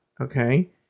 okay